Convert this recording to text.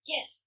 Yes